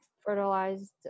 fertilized